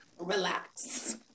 relax